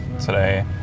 today